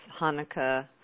Hanukkah